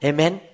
Amen